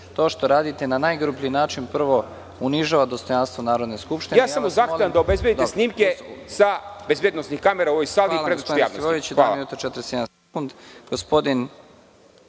To što radite na najgrublji način, prvo unižava dostojanstvo Narodne skupštine..)Ja samo zahtevam da obezbedite snimke sa bezbednosnih kamera u ovoj sali. **Nebojša